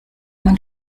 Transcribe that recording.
man